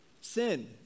Sin